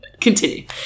Continue